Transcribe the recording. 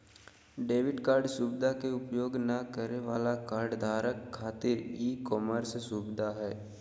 debit card सुवधा के उपयोग नय करे वाला कार्डधारक खातिर ई कॉमर्स सुविधा हइ